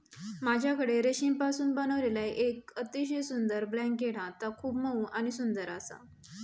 माझ्याकडे रेशीमपासून बनविलेला येक अतिशय सुंदर ब्लँकेट हा ता खूप मऊ आणि सुंदर आसा